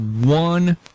one